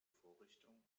vorrichtung